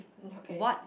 mm okay